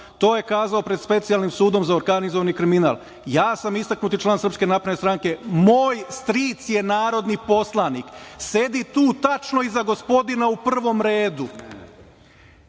To je kazao pred Specijalnim sudom za organizovani kriminal. Ja sam istaknuti član SNS, moj stric je narodni poslanik, sedi tu tačno iznad gospodina u prvom redu.